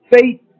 Faith